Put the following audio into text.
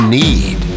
need